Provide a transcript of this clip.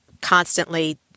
constantly